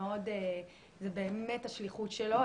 זו באמת השליחות שלו.